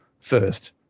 first